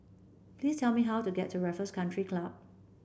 please tell me how to get to Raffles Country Club